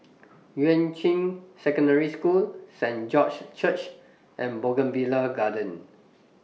Yuan Ching Secondary School Saint George's Church and Bougainvillea Garden